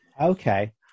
Okay